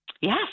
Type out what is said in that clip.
Yes